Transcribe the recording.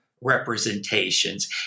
representations